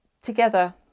together